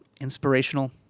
inspirational